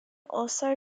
also